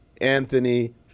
Anthony